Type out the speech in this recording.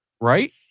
Right